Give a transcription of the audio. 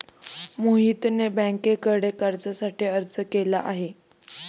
मोहितने बँकेकडे कर्जासाठी अर्ज केला आहे